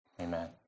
Amen